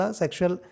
sexual